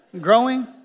growing